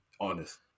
Honest